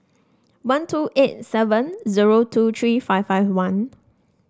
one two eight seven zero two three five five one